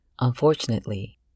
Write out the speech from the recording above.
unfortunately